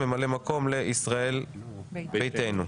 ממלאי מקום לישראל ביתנו.